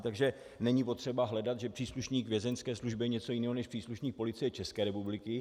Takže není potřeba hledat, že příslušník Vězeňské služby je něco jiného než příslušník Policie České republiky.